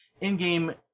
in-game